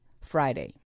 Friday